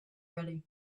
ready